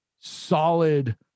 solid